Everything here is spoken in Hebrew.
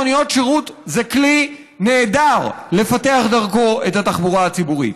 מוניות שירות זה כלי נהדר לפתח דרכו את התחבורה הציבורית.